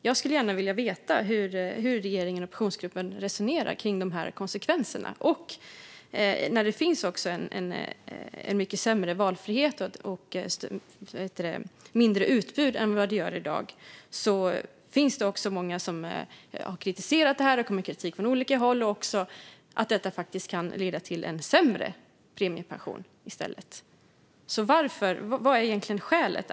Jag skulle gärna vilja veta hur regeringen och Pensionsgruppen resonerar kring dessa konsekvenser när det blir en mycket sämre valfrihet och ett mindre utbud än i dag. Det är många som har kritiserat detta. Det har kommit kritik från olika håll om att detta faktiskt i stället kan leda till en sämre premiepension. Så varför? Vad är egentligen skälet?